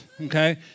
okay